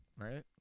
right